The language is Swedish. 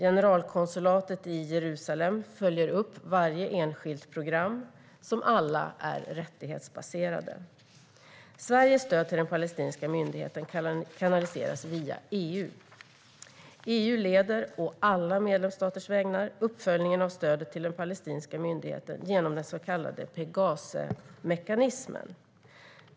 Generalkonsulatet i Jerusalem följer upp varje enskilt program, som alla är rättighetsbaserade. Sveriges stöd till den palestinska myndigheten kanaliseras via EU. EU leder, å alla medlemsstaters vägnar, uppföljningen av stödet till den palestinska myndigheten genom den så kallade Pegasemekanismen.